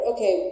Okay